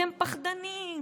אתם פחדנים.